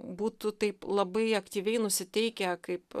būtų taip labai aktyviai nusiteikę kaip